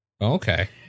Okay